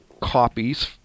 copies